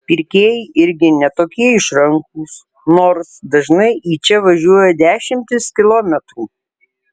pirkėjai irgi ne tokie išrankūs nors dažnai į čia važiuoja dešimtis kilometrų